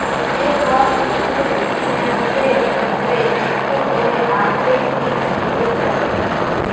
যে কল ইলভেসেটমেল্টের ক্ষেত্রে ইকট ক্যরে মার্কেট রিস্ক থ্যাকে যায়